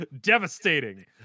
devastating